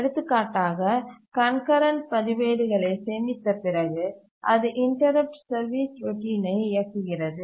எடுத்துக்காட்டாக கண்கரண்ட் பதிவேடுகளைச் சேமித்த பிறகு அது இன்டரப்ட் சர்வீஸ் ரோட்டினை இயக்குகிறது